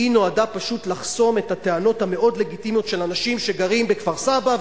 נועדה פשוט לחסום את הטענות המאוד-לגיטימיות של אנשים שגרים בכפר-סבא,